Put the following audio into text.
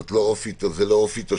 זה לא אופי תושביה.